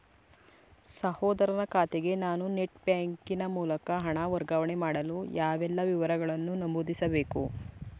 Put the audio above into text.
ಸಹೋದರನ ಖಾತೆಗೆ ನಾನು ನೆಟ್ ಬ್ಯಾಂಕಿನ ಮೂಲಕ ಹಣ ವರ್ಗಾವಣೆ ಮಾಡಲು ಯಾವೆಲ್ಲ ವಿವರಗಳನ್ನು ನಮೂದಿಸಬೇಕು?